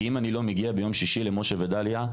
כי אם אני לא מגיע ביום שישי למשה ודליה,